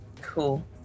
cool